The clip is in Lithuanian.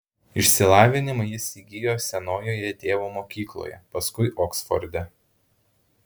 išsilavinimą jis įgijo senojoje tėvo mokykloje paskui oksforde